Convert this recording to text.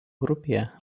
grupėje